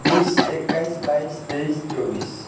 बिस एक्काइस बाइस तेइस चौबिस